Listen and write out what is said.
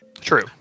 True